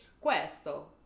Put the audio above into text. questo